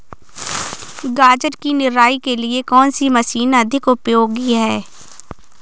गाजर की निराई के लिए कौन सी मशीन अधिक उपयोगी है?